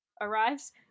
arrives